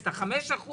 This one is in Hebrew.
את ה-5%,